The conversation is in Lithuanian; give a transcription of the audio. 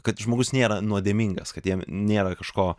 kad žmogus nėra nuodėmingas kad jam nėra kažko